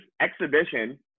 exhibition